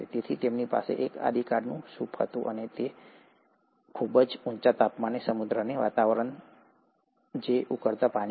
તેથી તેમની પાસે એક આદિકાળનું સૂપ હતું અને તેઓ પાસે ખૂબ ઊંચા તાપમાને સમુદ્રનું વાતાવરણ હતું જે ઉકળતા પાણી છે